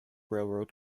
railroad